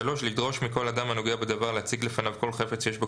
(3)לדרוש מכל אדם הנוגע בדבר להציג לפניו כל חפץ שיש בו